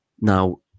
Now